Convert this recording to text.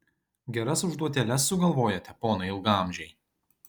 geras užduotėles sugalvojate ponai ilgaamžiai